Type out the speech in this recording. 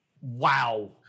Wow